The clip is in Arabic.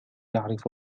يعرف